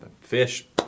fish